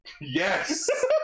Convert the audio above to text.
Yes